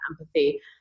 empathy